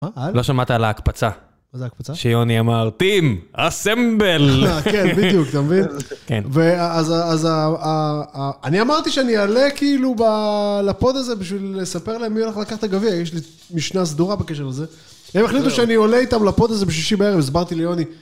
לא שמעת על ההקפצה, איזה הקפצה? שיוני אמר, טים, אסמבל. כן, בדיוק, אתה מבין? כן. ואז אני אמרתי שאני אעלה כאילו לפוד הזה בשביל לספר להם מי הולך לקחת את הגביע. יש לי משנה סדורה בקשר לזה. הם החליטו שאני עולה איתם לפוד הזה בשישי בערב, הסברתי ליוני.